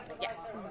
Yes